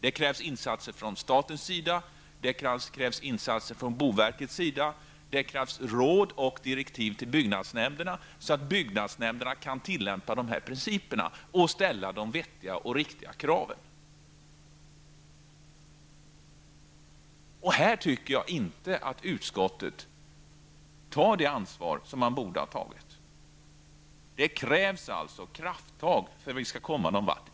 Det krävs insatser från statens och boverkets sida, råd och direktiv till byggnadsnämnderna så att de kan tillämpa principerna och ställa de vettiga och riktiga kraven. Jag tycker inte att utskottet här tar det ansvar som man borde ha tagit. Det krävs alltså kraftag för att vi skall komma någon vart.